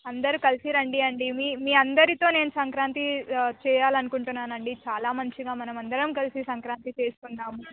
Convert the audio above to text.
అందరు కలిసి రండండి మీ మీ అందరితో నేను సంక్రాంతి చేయాలి అనుకుంటున్నాను అండి చాలా మంచిగా మనం అందరం కలిసి సంక్రాంతి చేసుకుందాము